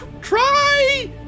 try